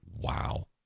Wow